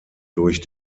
durch